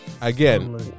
Again